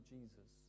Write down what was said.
Jesus